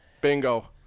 Bingo